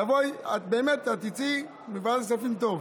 תבואי, באמת, את תצאי מוועדת הכספים טוב.